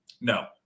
No